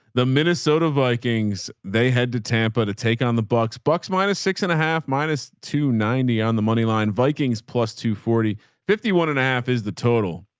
the minnesota vikings, they had to tampa to take on the bucks bucks minus six and a half minus two ninety on the moneyline vikings plus two forty fifty one and a half is the total